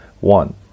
One